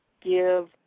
give